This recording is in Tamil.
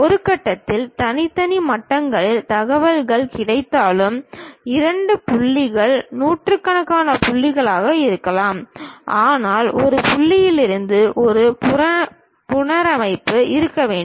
ஒரு கட்டத்தில் தனித்தனி மட்டங்களில் தகவல்கள் கிடைத்தாலும் இரண்டு புள்ளிகள் நூற்றுக்கணக்கான புள்ளிகளாக இருக்கலாம் ஆனால் ஒரு புள்ளியில் இருந்து ஒரு புனரமைப்பு இருக்க வேண்டும்